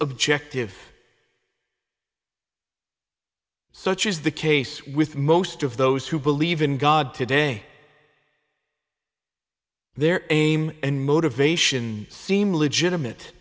objective such is the case with most of those who believe in god today their aim and motivation seem legitimate